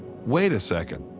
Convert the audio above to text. wait a second.